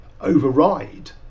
override